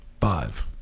Five